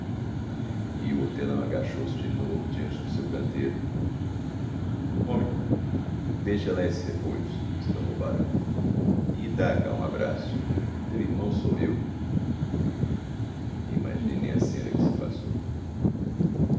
o hortelão agachou-se de novo diante de seu canteiro homem deixa lá esses repolhos exclamou o barão e dá cá um abraço teu irmão sou eu imaginem a cena que se passou